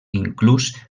inclús